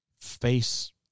face